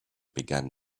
began